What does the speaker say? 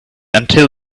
until